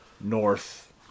North